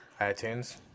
itunes